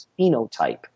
phenotype